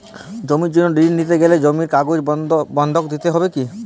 জমির জন্য ঋন নিতে গেলে জমির কাগজ বন্ধক দিতে হবে কি?